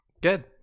Good